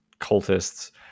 cultists